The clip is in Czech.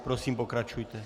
Prosím, pokračujte.